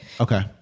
okay